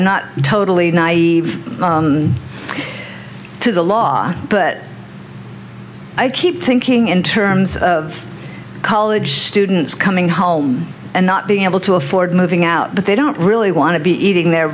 i'm not totally naive to the law but i keep thinking in terms of college students coming home and not being able to afford moving out but they don't really want to be eating their